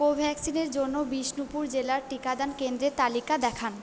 কোভ্যাক্সিনের জন্য বিষ্ণুপুর জেলার টিকাদান কেন্দ্রের তালিকা দেখান